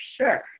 sure